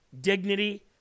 dignity